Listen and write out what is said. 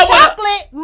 Chocolate